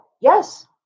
yes